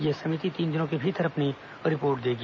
यह कमेटी तीन दिनों के भीतर अपनी रिपोर्ट देगी